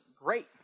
great